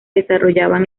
desarrollaban